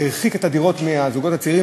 הרחיק את הדירות מהזוגות הצעירים,